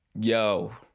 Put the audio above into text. Yo